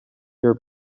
your